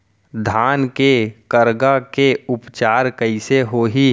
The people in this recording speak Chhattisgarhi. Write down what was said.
धान के करगा के उपचार कइसे होही?